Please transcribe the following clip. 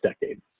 decade